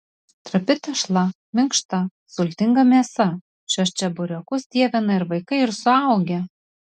trapi tešla minkšta sultinga mėsa šiuos čeburekus dievina ir vaikai ir suaugę